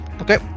Okay